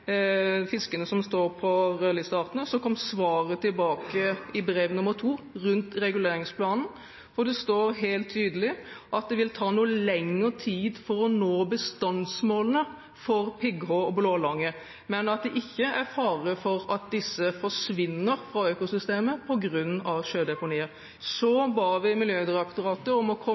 fiskene som står på rødlisten, kom svaret tilbake i brev nr. to rundt reguleringsplanen, og der står det helt tydelig at det vil ta noe lengre tid å nå bestandsmålene for pigghå og blålange, men at det ikke er fare for at disse forsvinner fra økosystemet på grunn av sjødeponiet. Så ba vi Miljødirektoratet om å komme